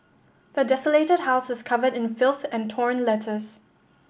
the desolated house was covered in filth and torn letters